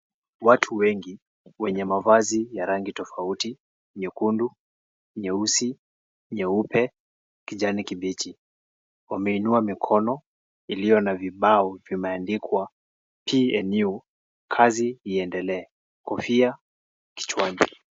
Watu wengi wenye mavazi ya rangi tofauti. Nyekundu, nyeusi, nyeupe, kijani kibichi, wameinua mikono iliyo na vibao vimeandikwa, PNU, kazi iendelee, kofia kichwani.